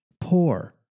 poor